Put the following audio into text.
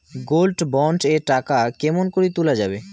Gold bond এর টাকা কেমন করি তুলা যাবে?